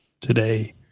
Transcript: today